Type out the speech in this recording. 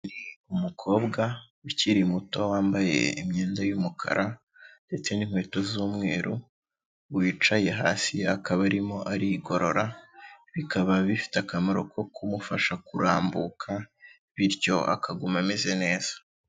Umukobwa ukiri muto wambaye imyenda y'umukara ndetse n'inkweto z'umweru wicaye hasi, akaba arimo arigorora bikaba bifite akamaro ko kumufasha kurambuka, bityo akaguma ameze neza.